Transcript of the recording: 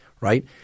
right